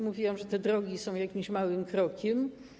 Mówiłam że te drogi są jakimś małym krokiem.